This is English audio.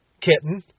kitten